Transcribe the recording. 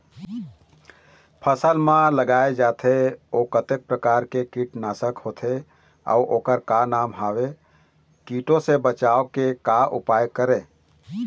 फसल म लगाए जाथे ओ कतेक प्रकार के कीट नासक होथे अउ ओकर का नाम हवे? कीटों से बचाव के का उपाय करें?